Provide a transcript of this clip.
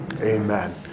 amen